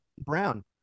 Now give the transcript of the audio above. brown